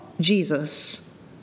Jesus